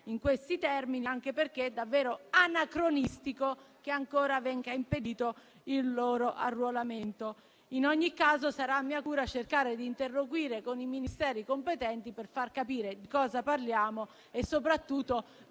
in questi termini anche perché è davvero anacronistico che ancora venga impedito il loro arruolamento. In ogni caso sarà mia cura cercare di interloquire con i Ministeri competenti per far capire di cosa parliamo e soprattutto dei